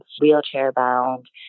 wheelchair-bound